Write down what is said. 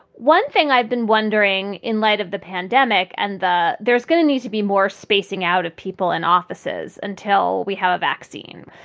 one thing i've been wondering in light of the pandemic and there is going to need to be more spacing out of people and offices until we have a vaccine.